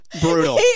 Brutal